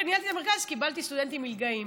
כשניהלתי מרכז קיבלתי סטודנטים מלגאים.